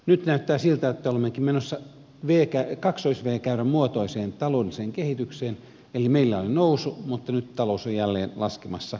nyt näyttää siltä että olemmekin menossa w käyrän muotoiseen taloudelliseen kehitykseen eli meillä on nousu mutta nyt talous on jälleen laskemassa alaspäin